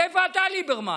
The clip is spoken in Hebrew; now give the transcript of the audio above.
אז איפה אתה, ליברמן?